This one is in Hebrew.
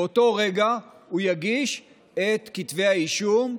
באותו רגע הוא יגיש את כתבי האישום,